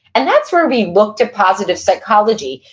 and that's where we look to positive psychology,